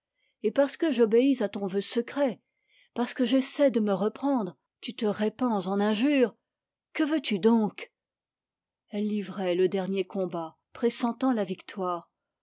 et parce que j'obéis à ton désir secret parce que j'essaie de me reprendre tu te répands en injures que veux-tu donc elle livrait le dernier combat pressentant la victoire